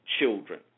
children